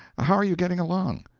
how are you getting along?